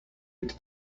into